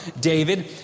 David